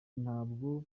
ntabwo